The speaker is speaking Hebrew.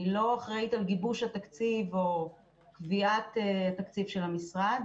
אני לאחראית על גיבוש או קביעת תקציב המשרד.